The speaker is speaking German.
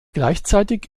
gleichzeitig